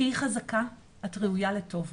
תהיי חזקה, את ראויה לטוב.